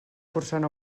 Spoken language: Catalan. cursant